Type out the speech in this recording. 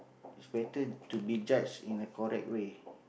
is better to be judged in a correct way